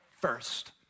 first